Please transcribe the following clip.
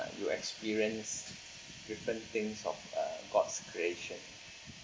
you experience different things of uh god's creation